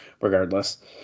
regardless